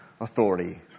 authority